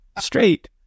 straight